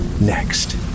Next